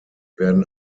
werden